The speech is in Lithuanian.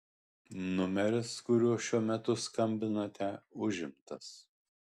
numeris kuriuo šiuo metu skambinate užimtas